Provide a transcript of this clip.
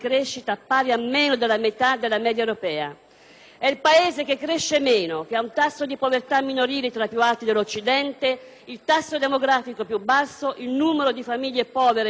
È il Paese che cresce meno, che ha un tasso di povertà minorile tra i più alti dell'Occidente, il tasso demografico più basso e un numero di famiglie povere elevato tra quelle monoparentali o con figli.